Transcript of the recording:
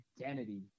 identity